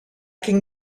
can